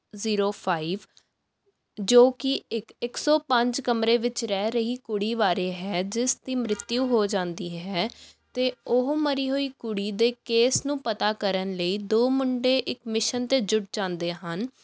zero five ਜੋ ਕਿ ਇੱਕ ਸੌ ਪੰਜ ਕਮਰੇ ਵਿੱਚ ਰਹਿ ਰਹੀ ਕੁੜੀ ਬਾਰੇ ਹੈ ਜਿਸ ਦੀ ਮ੍ਰਿਤਯੂ ਹੋ ਜਾਂਦੀ ਹੈ ਅਤੇ ਉਹ ਮਰੀ ਹੋਈ ਕੁੜੀ ਦੇ ਕੇਸ ਨੂੰ ਪਤਾ ਕਰਨ ਲਈ ਦੋ ਮੁੰਡੇ ਇੱਕ ਮਿਸ਼ਨ 'ਤੇ ਜੁੜ ਜਾਂਦੇ ਹਨ